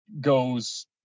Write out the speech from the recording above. goes